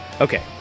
Okay